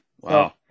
Wow